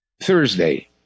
Thursday